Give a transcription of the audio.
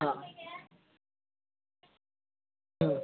हा हा